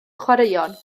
chwaraeon